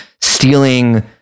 stealing